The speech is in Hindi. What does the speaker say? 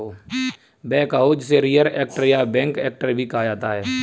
बैकहो जिसे रियर एक्टर या बैक एक्टर भी कहा जाता है